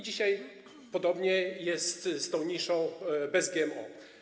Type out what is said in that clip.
Dzisiaj podobnie jest z tą niszą bez GMO.